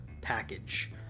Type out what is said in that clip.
package